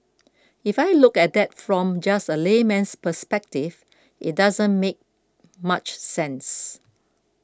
if I look at that from just a layman's perspective it doesn't make much sense